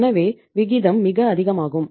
எனவே விகிதம் மிக அதிகமாகும்